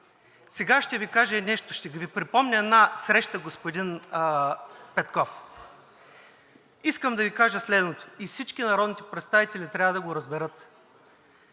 сега ще Ви кажа и нещо, ще Ви припомня една среща, господин Петков. Искам да Ви кажа следното и всички народни представители трябва да го разберат,